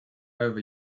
over